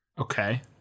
Okay